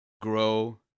grow